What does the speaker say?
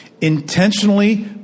intentionally